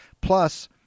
Plus